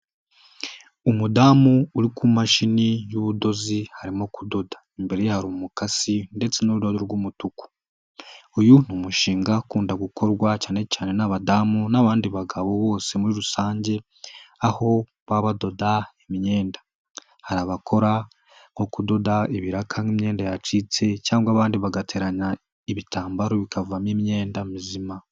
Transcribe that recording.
Umudamu uri ku mashini y'ubudozi arimo kudoda. Imbere ye hari umukasi ndetse n'urudodo rw'umutuku. Uyu ni umushinga ukunda gukorwa cyane cyane n'abadamu n'abandi bagabo bose muri rusange, aho baba badoda imyenda. Hari abakora nko kudoda ibiraka by'imyenda yacitse, cyangwa abandi bagateranya ibitambaro bikavamo imyenda mizima.